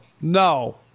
no